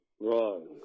wrong